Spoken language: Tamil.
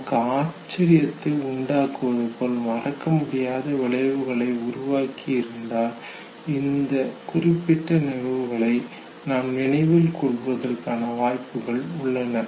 நமக்கு ஆச்சரியத்தை உண்டாக்குவது போல் மறக்கமுடியாத விளைவுகளை உருவாக்கி இருந்தால் அந்த குறிப்பிட்ட நிகழ்வுகளை நாம் நினைவில் கொள்வதற்கான வாய்ப்புகள் உள்ளன